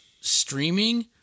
streaming